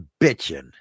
bitching